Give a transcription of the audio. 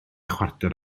chwarter